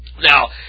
Now